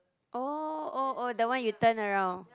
oh oh oh the one you turn around